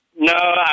No